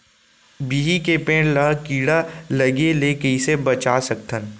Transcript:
बिही के पेड़ ला कीड़ा लगे ले कइसे बचा सकथन?